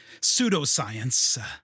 pseudoscience